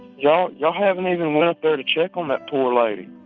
y'all y'all haven't even went up there to check on that poor lady.